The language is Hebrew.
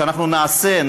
שאנחנו נעשה,